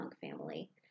family